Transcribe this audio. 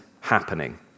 happening